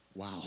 Wow